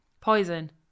Poison